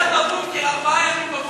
ג'בארין.